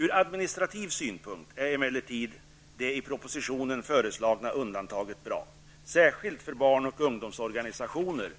Ur administrativ synpunkt är emellertid det i propositionen föreslagna undantaget bra, särskilt för barn och ungdomsorganisationer